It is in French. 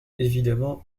évidemment